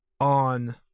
On